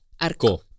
Arco